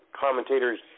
commentators